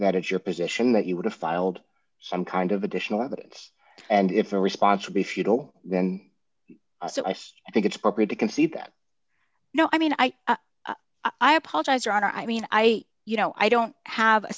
that is your position that you would have filed some kind of additional evidence and if the response would be futile and so i think it's appropriate to concede that you know i mean i i apologize your honor i mean i you know i don't have a